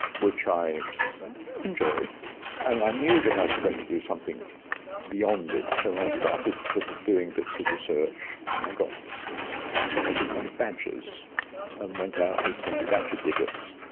which i enjoyed and i knew that i was going to do something beyond it, so i started sort of doing bits of research. and i got fascinated by badgers and went out with some badger diggers.